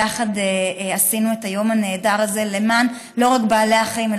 ביחד עשינו את היום הנהדר הזה למען לא רק בעלי החיים,